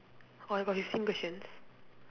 orh you got fifteen questions